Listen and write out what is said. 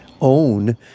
own